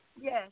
Yes